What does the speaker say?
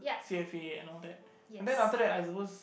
C_F_A and all that and then after that I suppose